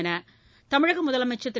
என்று தமிழக முதலமைச்சர் திரு